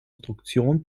konstruktion